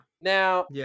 Now